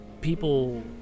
people